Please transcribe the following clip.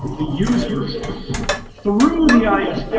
the user through the ah yeah